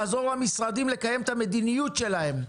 לעזור למשרדים לקיים את המדיניות שלהם,